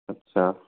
अच्छा